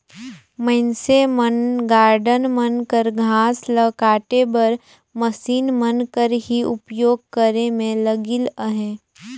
मइनसे मन गारडन मन कर घांस ल काटे बर मसीन मन कर ही उपियोग करे में लगिल अहें